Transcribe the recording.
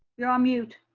you're on mute.